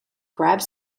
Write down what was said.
grabbed